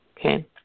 Okay